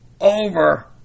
over